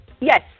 Yes